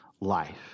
life